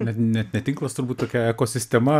net net ne tinklas turbūt tokia ekosistema